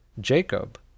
jacob